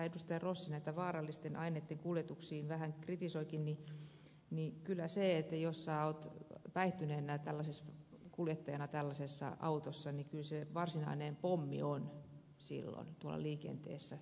rossi näitä vaarallisten aineiden kuljetuksia vähän kritisoikin niin jos sinä olet päihtyneenä ja kuljettajana tällaisessa autossa kyllä se varsinainen pommi on silloin tuolla liikenteessä